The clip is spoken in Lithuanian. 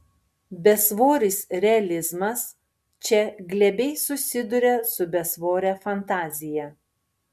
besvoris realizmas čia glebiai susiduria su besvore fantazija